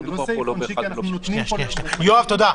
יש לי הצעה.